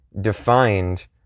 defined